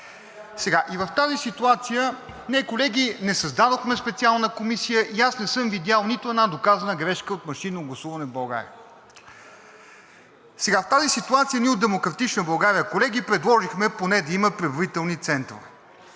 И в тази ситуация ние, колеги, не създадохме специална комисия и аз не съм видял нито една доказана грешка от машинно гласуване в България. В тази ситуация ние от „Демократична България“, колеги, предложихме поне да има преброителни центрове.